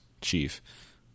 chief